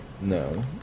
No